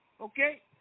Okay